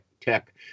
tech